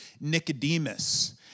Nicodemus